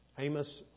Amos